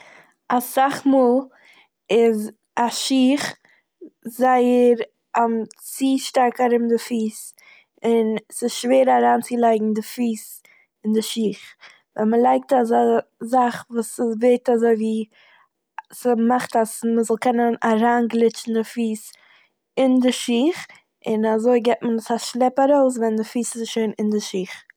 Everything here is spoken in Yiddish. אסאך מאל איז א שיך זייער צו שטארק ארום די פיס און ס'שווער אריינצולייגן די פיס אין די שיך, און מ'לייגט אזא זאך וואס ס'ווערט אזויווי- א- ס'מאכט אז מ'זאל קענען אריינגליטשן די פיס אין די שיך און אזוי געט מען עס א שלעפ ארויס ווען די פיס איז שוין אין די שיך.